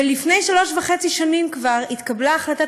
וכבר לפני שלוש שנים וחצי התקבלה החלטת